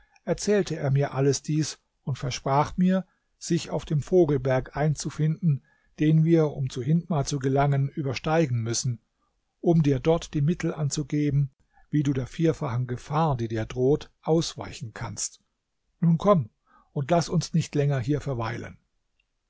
erzählte er mir alles dies und versprach mir sich auf dem vogelberg einzufinden den wir um zu hindmar zu gelangen übersteigen müssen um dir dort die mittel anzugeben wie du der vierfachen gefahr die dir droht ausweichen kannst nun komm und laß uns nicht länger hier verweilen